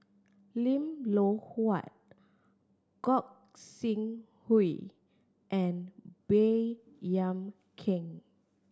Lim Loh Huat Gog Sing Hooi and Baey Yam Keng